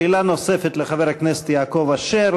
שאלה נוספת לחבר הכנסת יעקב אשר.